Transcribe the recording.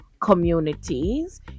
communities